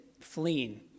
fleeing